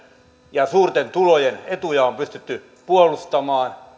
ja suurten tulojen etuja on pystytty puolustamaan